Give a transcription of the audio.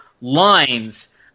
lines